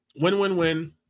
win-win-win